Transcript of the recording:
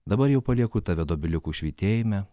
dabar jau palieku tave dobiliukų švytėjime